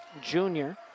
junior